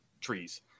trees